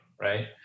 right